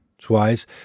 Twice